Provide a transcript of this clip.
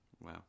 Wow